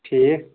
ٹھیٖک